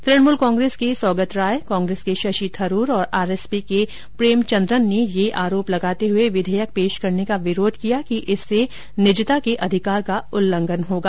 तृणमूल कांग्रेस के सौगत रॉय कांग्रेस के शशि थरूर और आरएसपी के प्रेमचंद्रन ने यह आरोप लगाते हुए विधेयक पेश करने का विरोध किया कि इससे निजता के अधिकार का उल्लंघन होगा